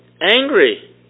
angry